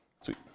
Sweet